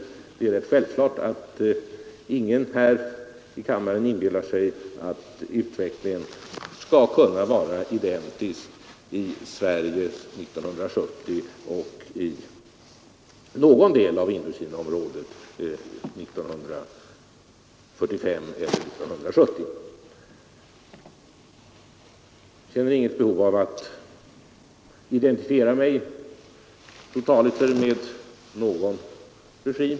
Det är självklart att ingen här i kammaren inbillar sig att utvecklingen i någon del av Indokinaområdet 1945 och 1970 är identisk med utvecklingen i Sverige 1970. Jag känner inget behov av att totaliter identifiera mig med någon regim.